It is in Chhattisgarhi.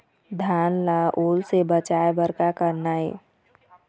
धान ला ओल से बचाए बर का करना ये?